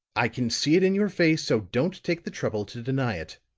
i can see it in your face, so don't take the trouble to deny it.